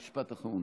משפט אחרון.